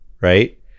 right